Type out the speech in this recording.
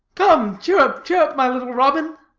come, chirrup, chirrup, my little robin!